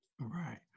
Right